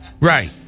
Right